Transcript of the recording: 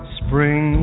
spring